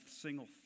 single